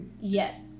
yes